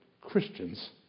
Christians